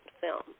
film